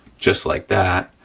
just like that,